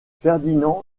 ferdinand